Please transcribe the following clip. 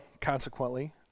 consequently